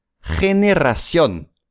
Generación